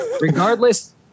Regardless